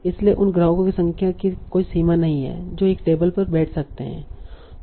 इसलिए उन ग्राहकों की संख्या की कोई सीमा नहीं है जो एक टेबल पर बैठ सकते हैं